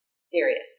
Serious